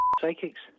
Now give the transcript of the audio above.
psychics